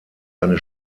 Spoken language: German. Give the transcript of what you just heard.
eine